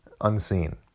unseen